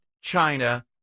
China